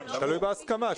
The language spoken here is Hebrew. זה תלוי בהסכמה.